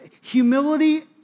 Humility